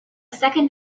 second